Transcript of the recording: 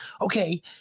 okay